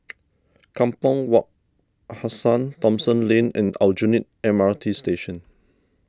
Kampong Wak Hassan Thomson Lane and Aljunied M R T Station